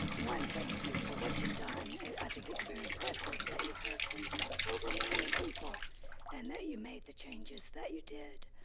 one, thank you for what you've done. i i think it's very impressive that you heard from over a million people and that you made the changes that you did.